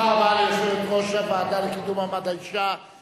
זה נגמר עם הזמן, בגיל מסוים, ואחר